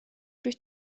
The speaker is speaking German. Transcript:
durch